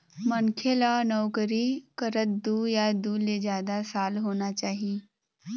मनखे ल नउकरी करत दू या दू ले जादा साल होना चाही